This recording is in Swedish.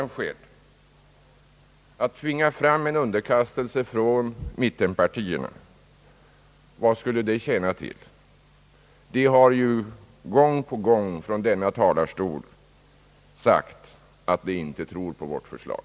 Vad skulle det tjäna till att nu tvinga fram en underkastelse från mittenpartierna? De har ju gång på gång från denna talarstol sagt, att de inte tror på vårt förslag.